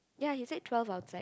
ya he said twelve outside